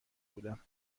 بودم